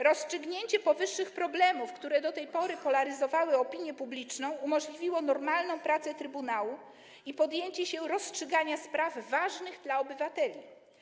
Rozstrzygnięcie powyższych problemów, które do tej pory polaryzowały opinię publiczną, umożliwiło normalną pracę trybunału i podjęcie działań w zakresie rozstrzygania spraw ważnych dla obywateli.